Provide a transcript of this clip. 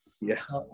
Yes